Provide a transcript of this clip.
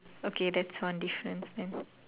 okay that's one difference then